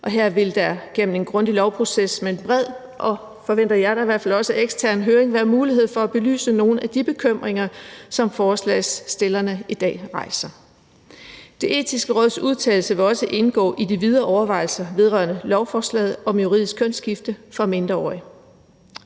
og her vil der gennem en grundig lovproces med en bred og – det forventer jeg da i hvert fald også – ekstern høring være mulighed for at belyse nogle af de bekymringer, som forslagsstillerne i dag rejser. Det Etiske Råds udtalelser vil også indgå i de videre overvejelser vedrørende lovforslaget om juridisk kønsskifte for mindreårige.